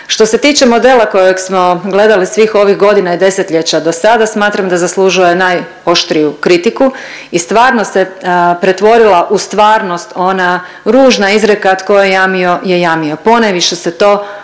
Što se tiče modela kojeg smo gledali svih ovih godina i 10-ljeća dosada smatram da zaslužuje najoštriju kritiku i stvarno se pretvorila u stvarnost ona ružna izreka tko je jamio je jamio, ponajviše se to odnosi